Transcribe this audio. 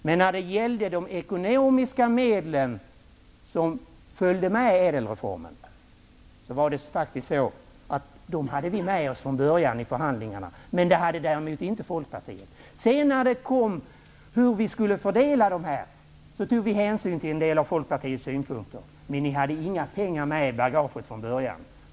Men när det gällde de ekonomiska medlen som följde med ÄDEL reformen hade vi med oss dem från början i förhandlingarna, men det hade däremot inte Folkpartiet. När det sedan gällde hur vi skulle fördela medlen tog vi hänsyn till en del av Folkpartiets synpunkter. Men ni hade inga pengar med i bagaget från början.